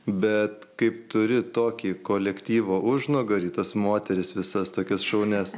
bet kai turi tokį kolektyvo užnugarį tas moteris visas tokias šaunias